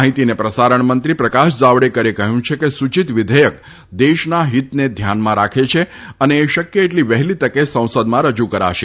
માહિતી અને પ્રસારણ મંત્રી પ્રકાશ જાવડેકરે કહયું છે કે સુચિત વિધેયક દેશના હિતને ધ્યાનમાં રાખે છે અને એ શકય એટલી વહેલી તકે સંસદમાં રજુ કરાશે